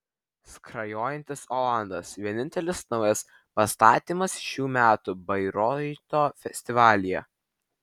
skrajojantis olandas vienintelis naujas pastatymas šių metų bairoito festivalyje